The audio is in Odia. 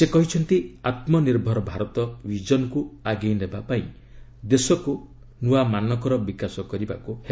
ସେ କହିଛନ୍ତି ଆତ୍ମନିର୍ଭର ଭାରତ ଭିଜନକୁ ଆଗେଇ ନେବା ପାଇଁ ଦେଶକୁ ନ୍ତଆ ମାନକ ର ବିକାଶ କରିବାକୁ ହେବ